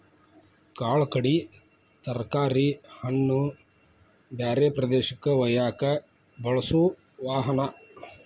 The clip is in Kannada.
ಕಾಳ ಕಡಿ ತರಕಾರಿ ಹಣ್ಣ ಬ್ಯಾರೆ ಪ್ರದೇಶಕ್ಕ ವಯ್ಯಾಕ ಬಳಸು ವಾಹನಾ